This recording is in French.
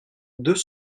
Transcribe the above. deux